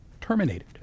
terminated